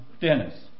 Dennis